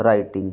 writing